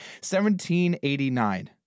1789